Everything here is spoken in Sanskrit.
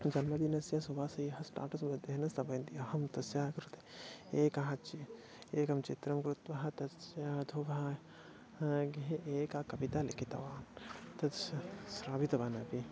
जन्मदिनस्य शुभाशयाः स्टाटस्मध्ये न स्थापयन्ति अहं तस्याः कृते एकः चि एकं चित्रं कृत्वा तस्य तु ब एका कविता लिखितवान् तस्य श्रावितवान् अपि